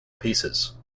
pieces